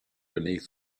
beneath